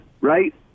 right